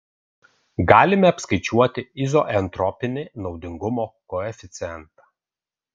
galime apskaičiuoti izoentropinį naudingumo koeficientą